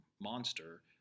Monster